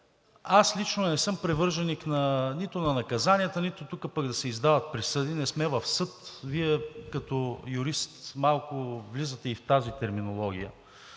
Аз лично не съм привърженик нито на наказанията, нито тук пък да се издават присъди, не сме в съд. Вие като юрист малко влизате и в тази терминология